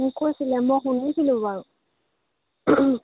সি কৈছিলে মই শুনিছিলোঁ বাৰু